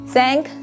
Thank